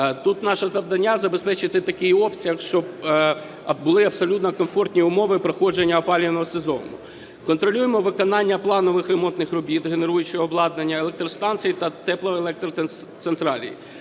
Тут наше завдання забезпечити такий обсяг, щоб були абсолютно комфортні умови проходження опалювального сезону. Контролюємо виконання планових ремонтних робіт генеруючого обладнання електростанцій та теплоелектроцентралей.